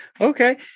okay